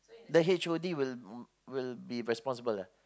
the H_O_D will will be responsible ah